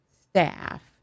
staff